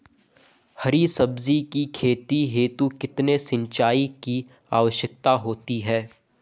हरी सब्जी की खेती हेतु कितने सिंचाई की आवश्यकता होती है?